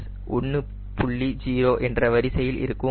0 என்ற வரிசையில் இருக்கும்